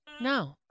No